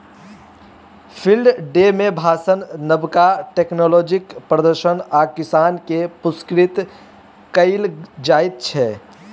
field day मे भाषण, नबका टेक्नोलॉजीक प्रदर्शन आ किसान केँ पुरस्कृत कएल जाइत छै